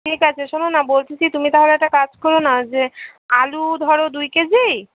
ঠিক আছে শোনো না বলছি যে তুমি তাহলে একটা কাজ কোরো না যে আলু ধরো দুই কেজি